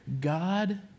God